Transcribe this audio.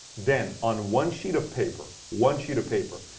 then, on one sheet of paper, one sheet of paper,